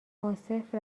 عاصف